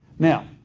now,